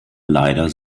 leider